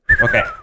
Okay